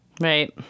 Right